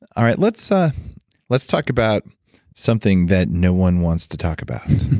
all right. let's ah let's talk about something that no one wants to talk about,